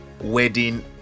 wedding